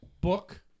book